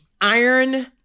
iron